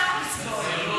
אוי, לא, אבל, שאנחנו נסבול.